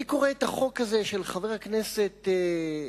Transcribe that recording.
אני קורא את החוק הזה של חבר הכנסת חסון,